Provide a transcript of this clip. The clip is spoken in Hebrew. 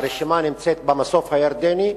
הרשימה נמצאת במסוף הירדני.